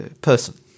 person